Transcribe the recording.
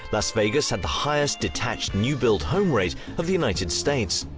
las vegas had the highest detached new build home rate of the united states.